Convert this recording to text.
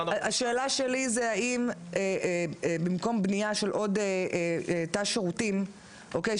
האם במקום בניה של עוד תא שירותים, אוקיי?